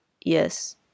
Yes